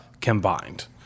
combined